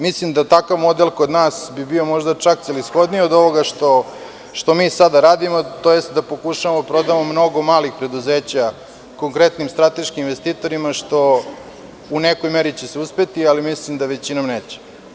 Mislim da bi takav model kod nas možda bio čak celishodniji od ovoga što sada radimo, tj. da pokušavamo da prodamo mnogo malih preduzeća konkretnim strateškim investitorima, što će se u nekoj meri uspeti, ali mislim da većinom neće.